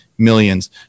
millions